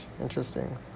Interesting